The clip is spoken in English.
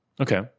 okay